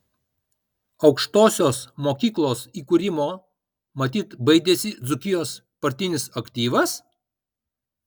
aukštosios mokyklos įkūrimo matyt baidėsi dzūkijos partinis aktyvas